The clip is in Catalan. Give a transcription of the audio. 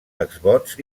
exvots